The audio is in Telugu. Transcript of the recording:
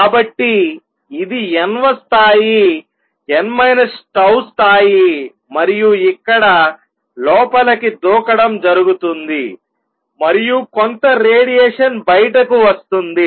కాబట్టి ఇది n వ స్థాయి n 𝜏 స్థాయి మరియు ఇక్కడ లోపలకి దూకడం జరుగుతుంది మరియు కొంత రేడియేషన్ బయటకు వస్తుంది